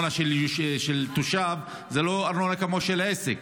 ארנונה של תושב היא לא ארנונה כמו של עסק,